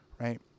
right